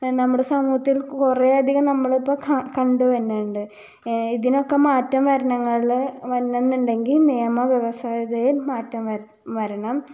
നമ്മുടെ സമൂഹത്തിൽ കുറേ അധികം നമ്മളിപ്പം കണ്ടുവരുന്നുണ്ട് ഇതിനൊക്ക മാറ്റം വരണമെങ്കിൽ വരണമെന്നുണ്ടെങ്കിൽ നിയമ വ്യവസ്ഥിതിയിൽ മാറ്റം വ വരണം